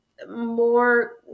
more